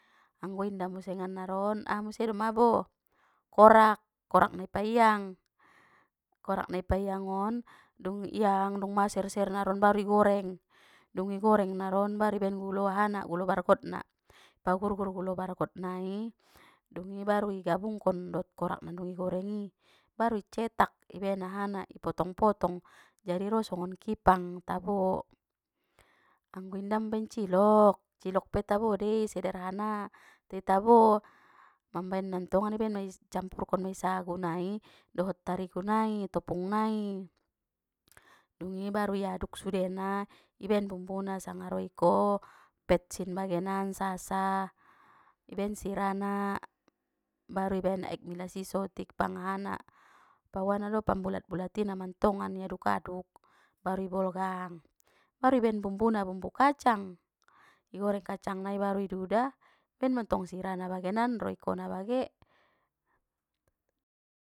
Anggo inda musengan naron, ahamuse doma bo, korak korak ni pahiang, korak nai paiang on dung iang dung ma ser ser naron baru igoreng, dung igoreng naron baru ibaen gulo ahana gulo bargotna, pagurgur gulo bargot nai, dungi baru igabungkon dot korak na mandung i gorengi, baru i cetak ibaen ahana i potong potong, jadi ro songon kipang tabo. Anggo inda mambaen cilok, cilok pe tabo dei sederhana, te tabo, mamabenna tongan iabe mei campurkon mei sagu nai, dohot tarigu nai topung nai, dungi baru iaduk sudena, i baen bumbuna sanga roiko, petsin bagenan sasa, i baen sirana, baru ibaen aek milasi sotik, pang ahana, pawana do pambulat bulatina mantongan i aduk aduk, baru ibolgang, baru ibaen bumbuna bumbu kacang, i goreng kacang nai baru i duda, baen mantong sirana bagenan roikona bage.